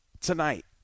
tonight